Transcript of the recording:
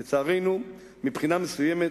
לצערנו, מבחינה מסוימת,